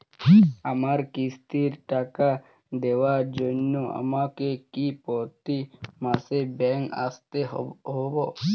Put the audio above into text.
আমার কিস্তির টাকা দেওয়ার জন্য আমাকে কি প্রতি মাসে ব্যাংক আসতে হব?